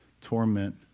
torment